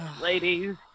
ladies